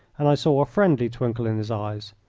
and i saw a friendly twinkle in his eyes.